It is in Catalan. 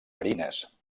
marines